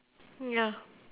ya